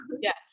yes